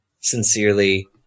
Sincerely